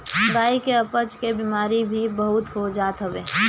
गाई के अपच के बेमारी भी बहुते हो जात हवे